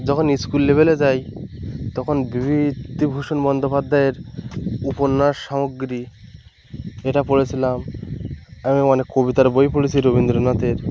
যখন স্কুল লেভেলে যাই তখন বিভূতিভূষণ বন্দ্যোপাধ্যায়ের উপন্যাস সমগ্রী এটা পড়েছিলাম এবং অনেক কবিতার বই পড়েছি রবীন্দ্রনাথের